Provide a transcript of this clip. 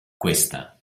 questa